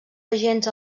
agents